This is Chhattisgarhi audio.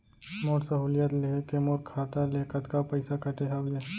मोर सहुलियत लेहे के मोर खाता ले कतका पइसा कटे हवये?